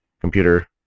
computer